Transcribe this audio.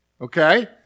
okay